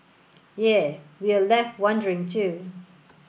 yea we're left wondering too